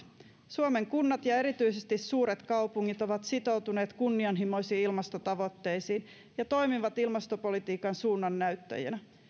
suomen kunnat ja erityisesti suuret kaupungit ovat sitoutuneet kunnianhimoisiin ilmastotavoitteisiin ja toimivat ilmastopolitiikan suunnannäyttäjinä